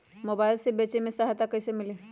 Mobile से बेचे में सहायता कईसे मिली?